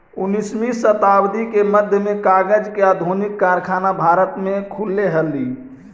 उन्नीसवीं शताब्दी के मध्य में कागज के आधुनिक कारखाना भारत में खुलले हलई